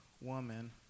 woman